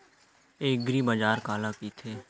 एग्रीबाजार काला कइथे?